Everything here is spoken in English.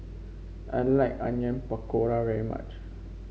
I like Onion Pakora very much